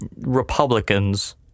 Republicans